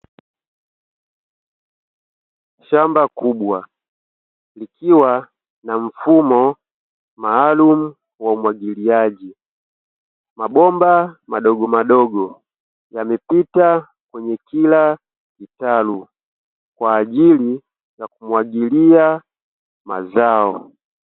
Shamba kubwa likiwa na mfumo maalumu wa umwagiliaji. Mabomba madogomadogo, yamepita kwenye kila kitalu, kwa ajili ya kumwagilia mazao.